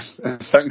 Thanks